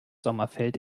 sommerfeld